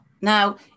Now